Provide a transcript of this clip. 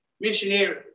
Missionary